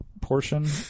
portion